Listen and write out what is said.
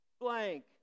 blank